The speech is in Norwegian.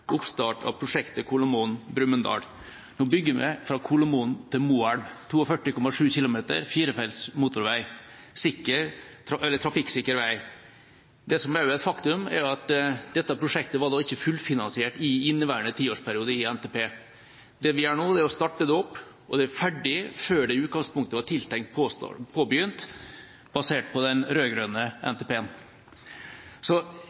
oppstart av prosjektet Kolomoen–Brumunddal. Nå bygger vi fra Kolomoen til Moelv 42,7 km firefelts trafikksikker motorvei. Det som er et faktum, er at dette prosjektet ikke var fullfinansiert i inneværende tiårsperiode i NTP. Det vi gjør nå, er å starte det opp, og det vil være ferdig før det i utgangspunktet var tenkt påbegynt, basert på den rød-grønne NTP-en. Så